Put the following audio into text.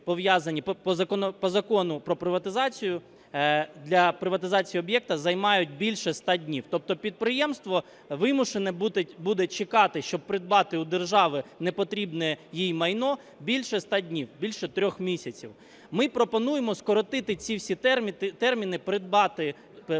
по Закону про приватизацію для приватизації об'єкта займають більше 100 днів. Тобто підприємство вимушено буде чекати, щоб придбати у держави непотрібне їй майно, більше 100 днів, більше трьох місяців. Ми пропонуємо скоротити ці всі терміни, прибрати зайві